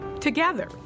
together